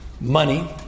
money